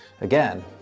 again